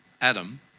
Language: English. Adam